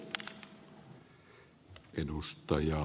arvoisa puhemies